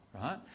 right